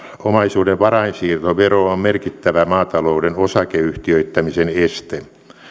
omaisuuden varainsiirtovero on merkittävä maatalouden osakeyhtiöittämisen este